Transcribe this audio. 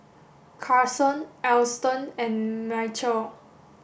Carson Alston and Michial